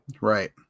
Right